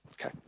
okay